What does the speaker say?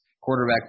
Quarterback